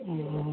অঁ